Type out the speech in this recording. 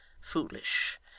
foolish